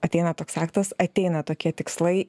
ateina toks aktas ateina tokie tikslai